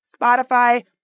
Spotify